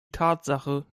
tatsache